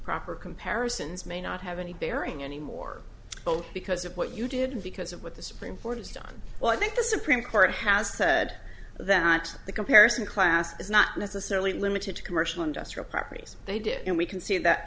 proper comparisons may not have any bearing anymore because of what you did because of what the supreme court has done well i think the supreme court has said that the comparison class is not necessarily limited to commercial industrial properties they do and we can see that